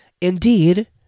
Indeed